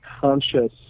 conscious